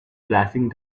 flashing